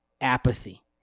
Apathy